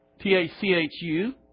T-A-C-H-U